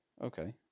okay